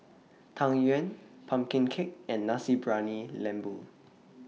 Tang Yuen Pumpkin Cake and Nasi Briyani Lembu